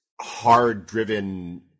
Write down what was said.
hard-driven –